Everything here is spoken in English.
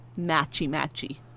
matchy-matchy